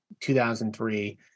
2003